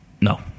no